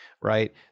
right